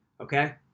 Okay